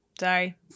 Sorry